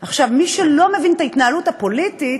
עכשיו, מי שלא מבין את ההתנהלות הפוליטית,